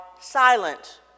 silent